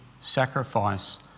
sacrifice